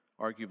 arguably